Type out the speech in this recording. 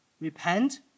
Repent